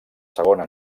segona